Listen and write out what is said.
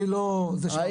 אני לא --- אפריאט,